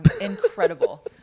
incredible